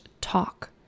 talk